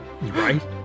right